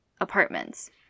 apartments